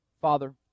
Father